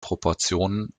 proportionen